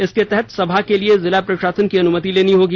इसके तहत सभा के लिए जिला प्रशासन की अनुमति लेनी होगी